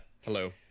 Hello